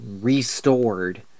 restored